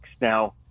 Now